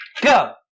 go